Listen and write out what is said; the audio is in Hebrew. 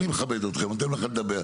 אני מכבד אתכם, אני נותן לכם לדבר.